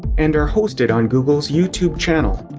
and are hosted on google's youtube channel.